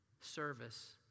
service